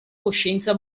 coscienza